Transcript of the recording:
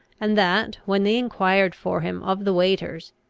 and that, when they enquired for him of the waiters,